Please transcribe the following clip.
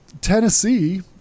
Tennessee